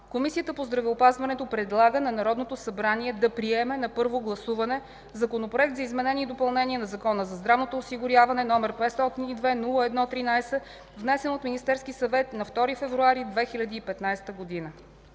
Комисията по здравеопазването предлага на Народното събрание да приеме на първо гласуване Законопроект за изменение и допълнение на Закона за здравното осигуряване, № 502-01-13, внесен от Министерския съвет на 2 февруари 2015 г.”